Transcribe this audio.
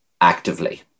actively